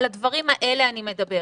על הדברים האלה אני מדברת.